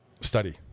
Study